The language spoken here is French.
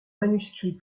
manuscrit